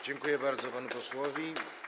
Dziękuję bardzo panu posłowi.